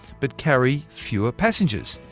but carry fewer passengers.